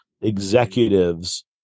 executives